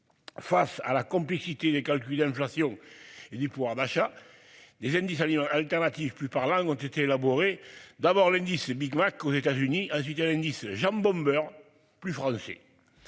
Face à la complicité de calculer l'inflation et du pouvoir d'achat des indices Lyon alternative plus ont été élaborées. D'abord l'indice Big Mac aux États-Unis suite à l'indice jambon-beurre plus français.